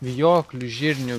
vijoklių žirnių